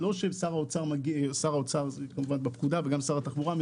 זה לא ששר האוצר בפקודה וגם שר התחבורה,